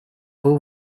был